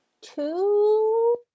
Two